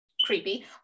creepy